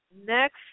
next